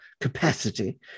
capacity